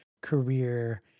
career